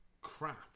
crap